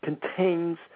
contains